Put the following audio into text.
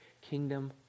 kingdom